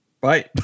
Bye